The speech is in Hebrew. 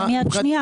לא מיד שנייה.